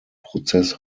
prozess